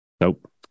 nope